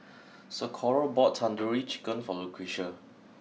Socorro bought Tandoori Chicken for Lucretia